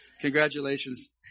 Congratulations